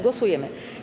Głosujemy.